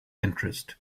interest